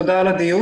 תודה על הדיון.